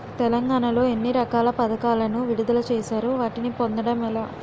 తెలంగాణ లో ఎన్ని రకాల పథకాలను విడుదల చేశారు? వాటిని పొందడం ఎలా?